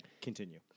Continue